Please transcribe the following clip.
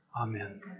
Amen